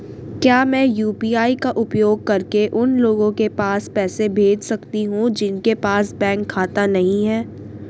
क्या मैं यू.पी.आई का उपयोग करके उन लोगों के पास पैसे भेज सकती हूँ जिनके पास बैंक खाता नहीं है?